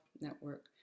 Network